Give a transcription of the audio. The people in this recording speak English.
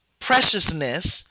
preciousness